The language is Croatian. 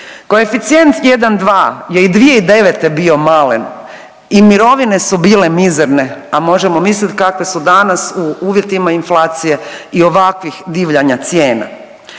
Koeficijent 1,2 je i 2009. bio malen i mirovine su bile mizerne, a možemo mislit kakve su danas u uvjetima inflacije i ovakvih divljanja cijena.